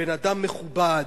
בן-אדם מכובד,